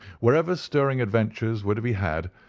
wherever stirring adventures were to be had,